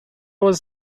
was